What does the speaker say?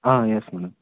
yes madam